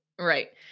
right